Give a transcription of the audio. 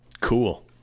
Cool